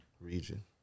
region